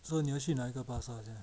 so 你要去哪一个巴刹